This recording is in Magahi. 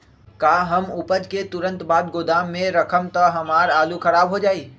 का हम उपज के तुरंत बाद गोदाम में रखम त हमार आलू खराब हो जाइ?